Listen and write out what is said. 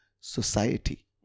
society